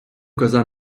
коза